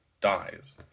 dies